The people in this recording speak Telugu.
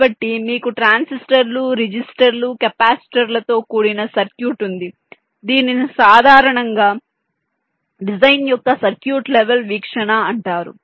కాబట్టి మీకు ట్రాన్సిస్టర్లు రిజిస్టర్లు కెపాసిటర్లతో కూడిన సర్క్యూట్ ఉంది దీనిని సాధారణంగా డిజైన్ యొక్క సర్క్యూట్ లెవెల్ వీక్షణ అంటారు